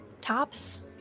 tops